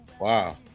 Wow